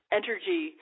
energy –